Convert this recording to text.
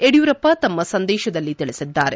ಯಡಿಯೂರಪ್ಪ ತಮ್ಮ ಸಂದೇಶದಲ್ಲಿ ತಿಳಿಸಿದ್ದಾರೆ